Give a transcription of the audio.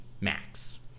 max